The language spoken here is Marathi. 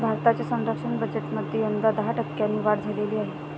भारताच्या संरक्षण बजेटमध्ये यंदा दहा टक्क्यांनी वाढ झालेली आहे